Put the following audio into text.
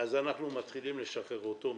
אנחנו מתחילים לשחרר אותו מאחריות.